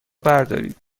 بردارید